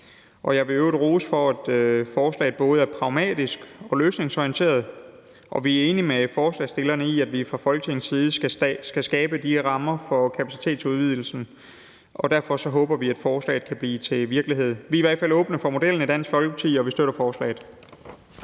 give ros for, at forslaget både er pragmatisk og løsningsorienteret. Vi er enige med forslagsstillerne i, at vi fra Folketingets side skal skabe de her rammer for kapacitetsudvidelsen, og derfor håber vi, at forslaget kan blive til virkelighed. Vi er i hvert fald åbne over for modellen i Dansk Folkeparti, og vi støtter forslaget.